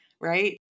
right